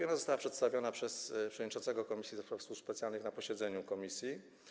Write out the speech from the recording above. Została ona przedstawiona przez przewodniczącego Komisji do Spraw Służb Specjalnych na posiedzeniu komisji.